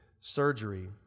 surgery